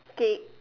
okay